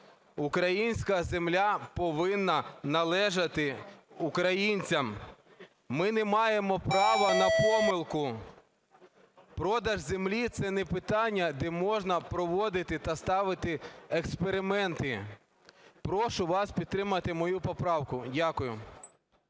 Українська земля повинна належати українцям. Ми не маємо права на помилку. Продаж землі – це не питання, де можна проводити та ставити експерименти. Прошу вас підтримати мою поправку. Дякую.